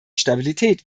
stabilität